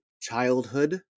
childhood